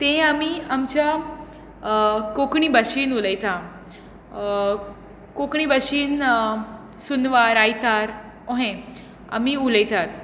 ते आमी आमच्या कोंकणी भाशेंत उलयता कोंकणी भाशेन सुनवार आयतार अशें आमी उलयतात